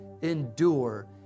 endure